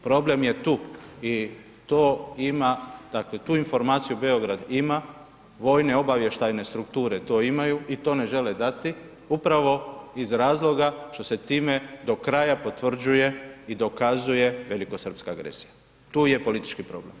Problem je tu i to ima, dakle tu informaciju Beograd ima, vojne, obavještajne strukture to imaju i to ne žele dati upravo iz razloga što se time do kraja potvrđuje i dokazuje velikosrpska agresija, tu je politički problem.